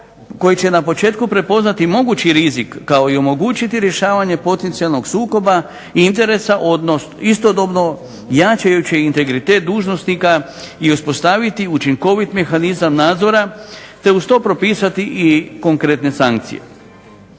koji će na početku prepoznati mogući rizik kao i omogućiti rješavanje potencijalnog sukoba i interesa istodobno jačajući integritet dužnosnika i uspostaviti učinkovit mehanizam nadzora te uz to propisati i konkretne sankcije.